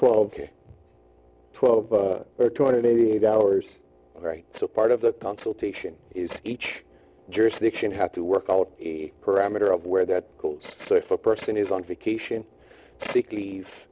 twelve twelve two hundred eighty eight hours right so part of the consultation is each jurisdiction had to work out a parameter of where that goes if a person is on vacation sick leave